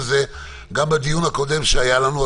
גם בדיון הקודם שהיה לנו.